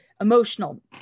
emotional